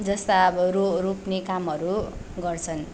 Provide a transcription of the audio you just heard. जस्ता अब रोप्ने कामहरू गर्छन्